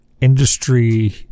industry